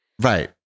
right